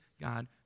God